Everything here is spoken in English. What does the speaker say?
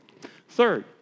Third